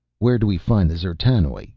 where do we find the d'zertanoj?